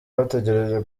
bategereje